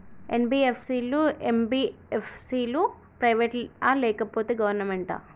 NBFC లు, MBFC లు private ఆ లేకపోతే గవర్నమెంటా?